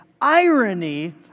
irony